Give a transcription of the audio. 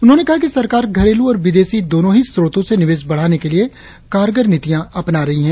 उन्होंने कहा कि सरकार घरेलू और विदेशी दोनों ही स्रोतों से निवेश बढ़ाने के लिए कारगर नीतियां अपना रही है